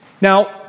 Now